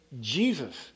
Jesus